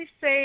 say